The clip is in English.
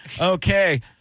Okay